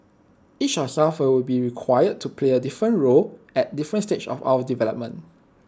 each of us will be required to play different roles at different stages of our development